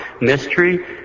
Mystery